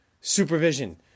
supervision